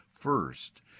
First